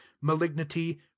malignity